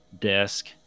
desk